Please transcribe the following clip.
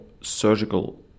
surgical